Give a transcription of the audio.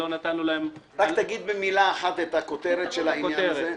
לא נתנו להם --- רק תגיד במילה אחת את הכותרת של העניין הזה.